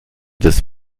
des